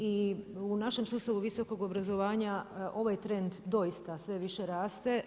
I u našem sustavu visokog obrazovanja ovaj trend doista sve više raste.